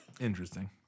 Interesting